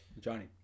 Johnny